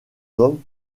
hommes